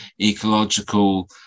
ecological